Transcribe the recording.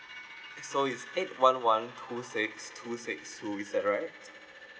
uh so it's eight one one two six two six two is that right